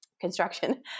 construction